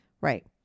Right